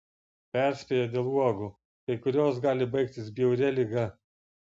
perspėja dėl uogų kai kurios gali baigtis bjauria liga